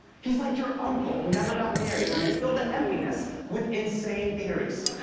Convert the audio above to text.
he's like your uncle who never got married and then filled that emptiness with insane theories.